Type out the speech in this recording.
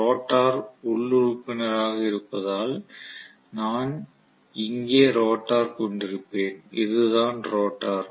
rotor உள் உறுப்பினராக இருப்பதால் நான் இங்கே ரோட்டார் கொண்டிருப்பேன் இதுதான் ரோட்டார்